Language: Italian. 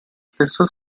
stessa